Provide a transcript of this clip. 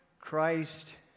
christ